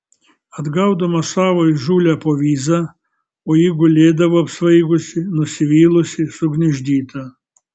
atgaudamas savo įžūlią povyzą o ji gulėdavo apsvaigusi nusivylusi sugniuždyta